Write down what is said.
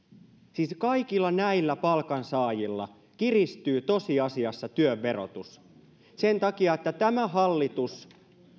siis kaikilla näillä palkansaajilla kiristyy tosiasiassa työn verotus sen takia että tämä hallitus